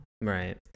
Right